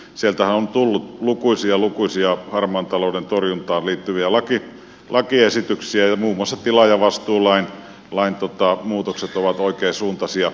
sieltähän on tullut lukuisia lukuisia harmaan talouden torjuntaan liittyviä lakiesityksiä ja muun muassa tilaajavastuulain muutokset ovat oikeansuuntaisia